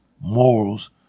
morals